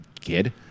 kid